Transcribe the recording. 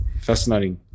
fascinating